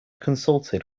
consulted